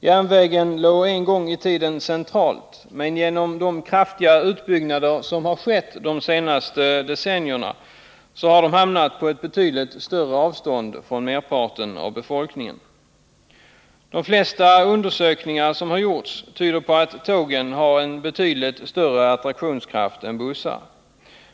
Järnvägen låg en gång i tiden centralt, men genom de kraftiga utbyggnader som har skett under de senaste decennierna har den hamnat på ett betydligt större avstånd från merparten av befolkningen. De flesta undersökningar som har gjorts tyder på att tågen har en betydligt större attraktionskraft än bussarna.